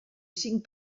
cinc